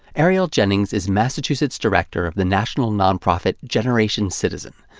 arielle jennings is massachusetts director of the national nonprofit, generation citizen,